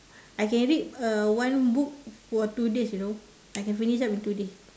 I can read uh one book for two days you know I can finish up in two days